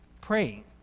praying